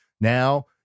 Now